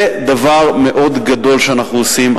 זה דבר מאוד גדול שאנחנו עושים.